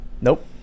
Nope